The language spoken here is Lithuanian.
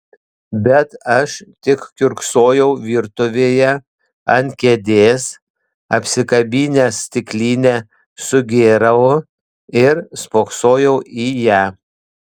bet aš tik kiurksojau virtuvėje ant kėdės apsikabinęs stiklinę su gėralu ir spoksojau į ją